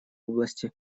области